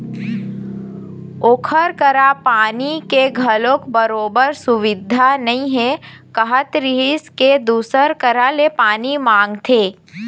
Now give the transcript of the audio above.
ओखर करा पानी के घलोक बरोबर सुबिधा नइ हे कहत रिहिस हे दूसर करा ले पानी मांगथे